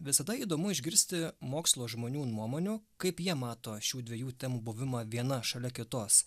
visada įdomu išgirsti mokslo žmonių nuomonių kaip jie mato šių dviejų temų buvimą viena šalia kitos